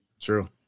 True